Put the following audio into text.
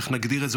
איך נגדיר את זה,